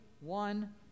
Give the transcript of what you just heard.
one